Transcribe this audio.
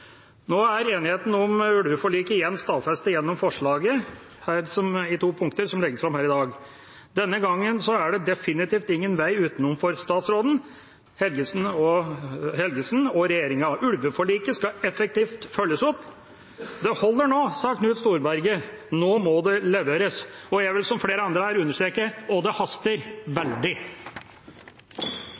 Nå er enigheten om ulveforliket igjen stadfestet gjennom de to forslagene som legges fram her i dag. Denne gangen er det definitivt ingen vei utenom for statsråd Helgesen og regjeringa. Ulveforliket skal effektivt følges opp. Det holder nå, sa Knut Storberget, nå må det leveres. Jeg vil som flere andre her understreke: Og det haster – veldig.